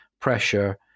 pressure